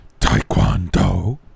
Taekwondo